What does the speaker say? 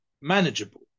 manageable